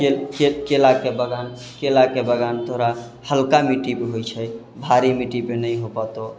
केलाके बगान केलाके बगान तोरा हल्का मिट्टीपर होइ छै भारी मिट्टीपर नहि हो पएतऽ